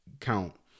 count